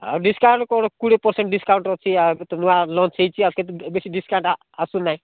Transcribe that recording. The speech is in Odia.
ଆଉ ଡିସ୍କାଉଣ୍ଟ୍ କ'ଣ କୋଡ଼ିଏ ପରସେଣ୍ଟ୍ ଡିସ୍କାଉଣ୍ଟ୍ ଅଛି ୟା ଭିତରେ ନୂଆ ଲଞ୍ଚ୍ ହୋଇଛି ଆଉ କେତେ ବେଶୀ ଡିସ୍କାଉଣ୍ଟ୍ ଆସୁନାହିଁ